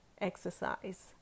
exercise